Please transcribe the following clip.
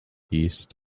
east